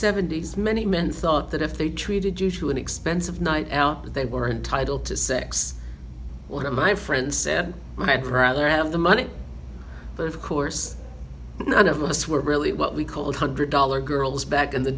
seventy's many men thought that if they treated you to an expensive night out that they were entitled to sex one of my friends said i'd rather have the money but of course none of us were really what we call a one hundred dollar girls back in the